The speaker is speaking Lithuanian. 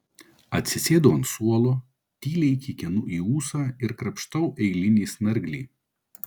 atsisėdu ant suolo tyliai kikenu į ūsą ir krapštau eilinį snarglį